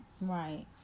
Right